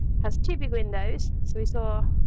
has two big windows, so we saw,